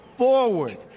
forward